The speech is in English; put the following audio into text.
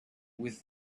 with